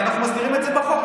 אנחנו מסדירים את זה בחוק,